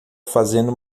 fazendo